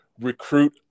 recruit